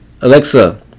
Alexa